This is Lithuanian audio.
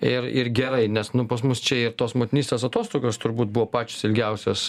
ir ir gerai nes nu pas mus čia ir tos motinystės atostogos turbūt buvo pačios ilgiausios